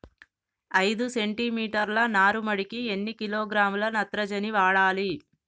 ఐదు సెంటి మీటర్ల నారుమడికి ఎన్ని కిలోగ్రాముల నత్రజని వాడాలి?